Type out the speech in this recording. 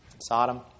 Sodom